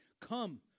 Come